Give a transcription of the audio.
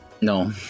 no